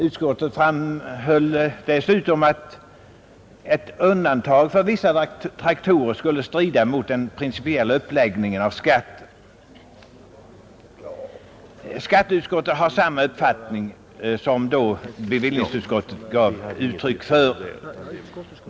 Utskottet framhöll med utgångspunkt härifrån att ett undantag för vissa traktorer skulle strida mot den principiella uppläggningen av skatten. Skatteutskottet har nu samma uppfattning som bevillningsutskottet gav uttryck åt.